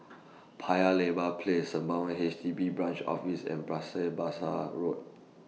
Paya Lebar Place Sembawang H D B Branch Office and Bras Basah Road